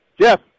Jeff